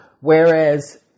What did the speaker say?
whereas